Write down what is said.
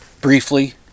briefly